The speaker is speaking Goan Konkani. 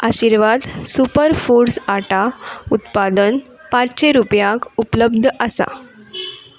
आशिर्वाद सुपर फूड्स आटा उत्पादन पांचशे रुपयांक उपलब्ध आसा